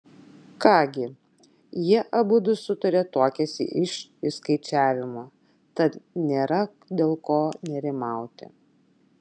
ką gi jie abudu sutarė tuokiąsi iš išskaičiavimo tad nėra dėl ko nerimauti